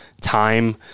time